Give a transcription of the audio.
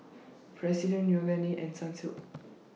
President Yoogane and Sunsilk